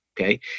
Okay